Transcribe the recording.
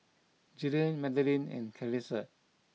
Jillian Madeleine and Clarissa